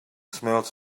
smells